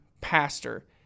pastor